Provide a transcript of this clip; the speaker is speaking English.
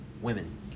Women